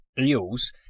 Eels